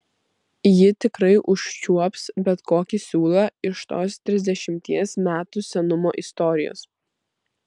ji tikrai užčiuops bet kokį siūlą iš tos trisdešimties metų senumo istorijos